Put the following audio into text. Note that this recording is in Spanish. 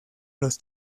los